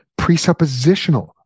presuppositional